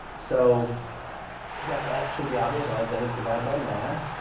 so that that should be obvious. all i've done is divide by mass.